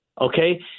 okay